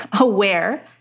aware